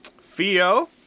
Fio